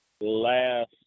last